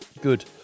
Good